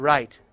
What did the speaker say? Right